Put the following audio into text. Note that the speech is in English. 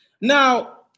Now